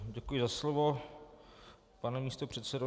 Děkuji za slovo, pane místopředsedo.